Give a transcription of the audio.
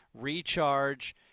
recharge